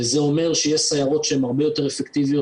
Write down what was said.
וזה אומר שיש סיירות שהן הרבה יותר אפקטיביות